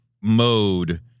mode